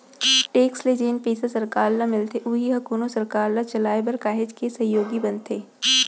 tax ले जेन पइसा सरकार ल मिलथे उही ह कोनो सरकार ल चलाय बर काहेच के सहयोगी बनथे